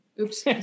Oops